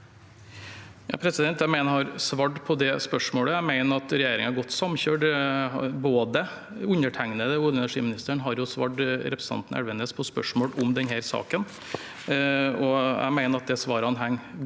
jeg har svart på det spørsmålet, og jeg mener at regjeringen er godt samkjørt. Både undertegnede og olje- og energiministeren har svart representanten Elvenes på spørsmål om denne saken,